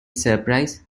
surprise